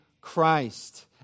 Christ